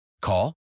Call